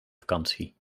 vakantie